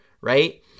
right